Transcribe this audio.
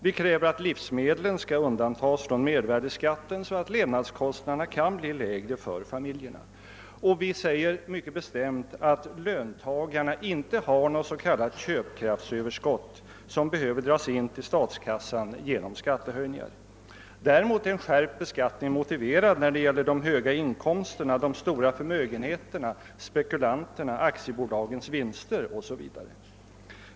Vi kräver att livsmedlen skall undantagas från mervärdesskatt, så att levnadskostnaderna skall bli lägre för familjerna, och vi säger mycket bestämt att löntagarna inte har något s.k. köpkraftsöverskott som behöver dras in till statskassan genom skattehöjningar. Däremot är en skärpt beskattning motiverad när det gäller de stora inkomsterna, de stora förmögenheterna, spekulationsvinster, aktiebolagens vinster OSV.